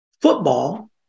football